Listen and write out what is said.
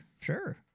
Sure